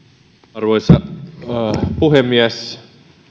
arvoisa puhemies